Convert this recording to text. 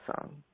song